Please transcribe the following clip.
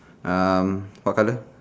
uh what colour